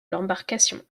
l’embarcation